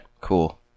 cool